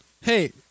Hey